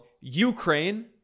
Ukraine